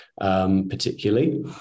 particularly